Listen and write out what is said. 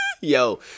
Yo